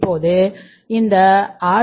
இப்போது இந்த ஆர்